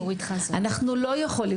אנחנו לא יכולים